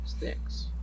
six